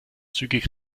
zügig